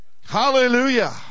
hallelujah